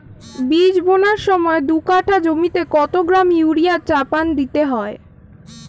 বীজ বোনার সময় দু কাঠা জমিতে কত গ্রাম ইউরিয়া চাপান দিতে পারি?